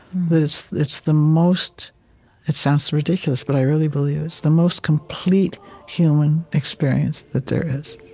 that it's it's the most it sounds ridiculous, but i really believe it's the most complete human experience that there is.